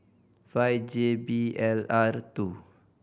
five J B L R two